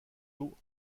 eaux